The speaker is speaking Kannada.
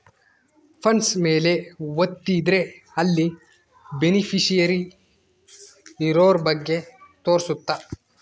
ಫಂಡ್ಸ್ ಮೇಲೆ ವತ್ತಿದ್ರೆ ಅಲ್ಲಿ ಬೆನಿಫಿಶಿಯರಿ ಇರೋರ ಬಗ್ಗೆ ತೋರ್ಸುತ್ತ